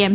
એમ